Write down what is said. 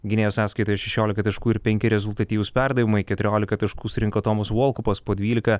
gynėjo sąskaitoj šešiolika taškų ir penki rezultatyvūs perdavimai keturiolika taškų surinko tomas volkupas po dvylika